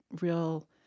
real